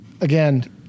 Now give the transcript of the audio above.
again